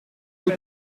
nous